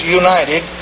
united